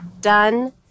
done